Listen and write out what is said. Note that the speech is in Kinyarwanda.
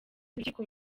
urukiko